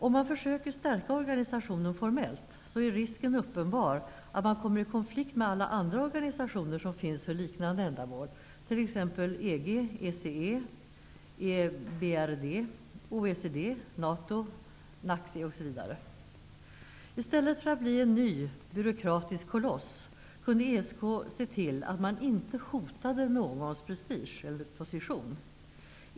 Om man försöker stärka organisationen formellt, är risken uppenbar att man kommer i konflikt med alla andra organisationer som finns för liknande ändamål, t.ex. EG, ECE, EBRD, OECD, NATO, I stället för att bli en ny byråkratisk koloss kunde ESK se till att man inte hotade någons prestige eller position.